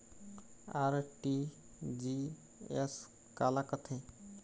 RTGS काला कथें?